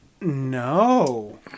no